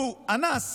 לו אנס